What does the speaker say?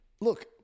look